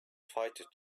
fighter